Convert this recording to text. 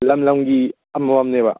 ꯂꯝ ꯂꯝꯒꯤ ꯑꯃꯃꯝꯅꯦꯕ